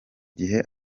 gihe